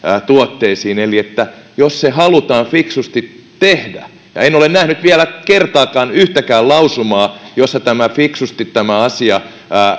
tuotteisiin jos se halutaan fiksusti tehdä en ole nähnyt vielä kertaakaan yhtäkään lausumaa jossa fiksusti tämä asia